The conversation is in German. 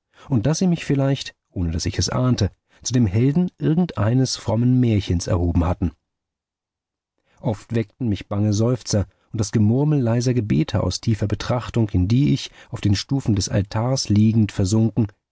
und daß sie mich vielleicht ohne daß ich es ahnte zu dem helden irgendeines frommen märchens erhoben hatten oft weckten mich bange seufzer und das gemurmel leiser gebete aus tiefer betrachtung in die ich auf den stufen des altars liegend versunken